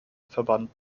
verband